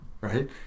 right